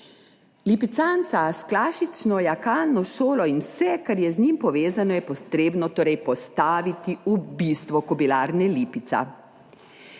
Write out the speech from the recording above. Lipicanca s klasično jahalno šolo in vse, kar je z njim povezano, je potrebno torej postaviti v bistvo Kobilarne Lipica.